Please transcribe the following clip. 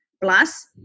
plus